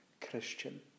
Christian